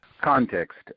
Context